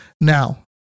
Now